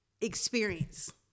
experience